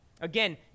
Again